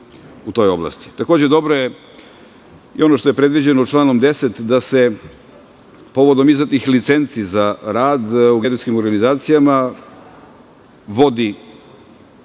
oblasti. Dobro je i ono što je predviđeno članom 10, da se povodom izdatih licenci za rad u geodetskim organizacijama vodi